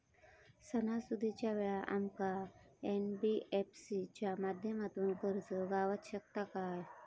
सणासुदीच्या वेळा आमका एन.बी.एफ.सी च्या माध्यमातून कर्ज गावात शकता काय?